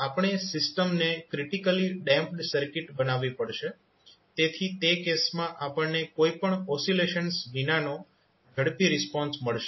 આપણે સિસ્ટમને critically damped circuit બનાવવી પડશે તેથી તે કેસમાં આપણને કોઈ પણ ઓસિલેશન વિનાનો ઝડપી રિસ્પોન્સ મળશે